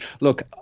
Look